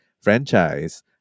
franchise